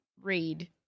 read